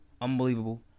Unbelievable